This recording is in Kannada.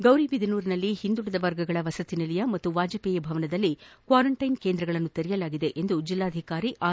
ಗೌರಿಬಿದನೂರಿನಲ್ಲಿ ಹಿಂದುಳಿದ ವರ್ಗಗಳ ವಸತಿ ನಿಲಯ ಮತ್ತು ವಾಜಪೇಯಿ ಭವನದಲ್ಲಿ ಕ್ವಾರಂಟೈನ್ ಕೇಂದ್ರಗಳನ್ನು ತೆರೆಯಲಾಗಿದೆ ಎಂದು ಜಿಲ್ಲಾಧಿಕಾರಿ ಆರ್